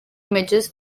images